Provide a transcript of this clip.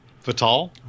Fatal